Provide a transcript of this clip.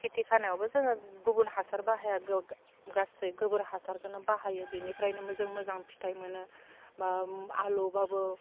खेथि खालामनायावबो जोङो गुबुन हासार बाहाया गासै गोबोर हासारखौनो बाहायो बिनिफ्रायनो जों फिथाइ मोनो बा आलुबाबो